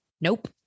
Nope